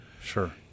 Sure